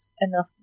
enough